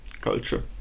culture